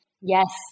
Yes